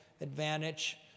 advantage